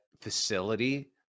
facility